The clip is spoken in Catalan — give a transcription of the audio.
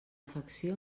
afecció